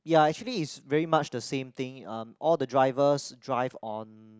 ya actually it's very much the same thing um all the drivers drive on